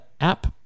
app